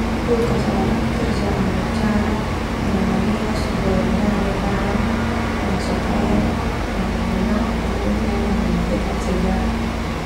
Kulkas ah kerja no cara ana nanea suhu rendah nai dalam supaya ah nanaak no minuman ah tetap segar.